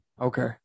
okay